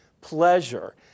pleasure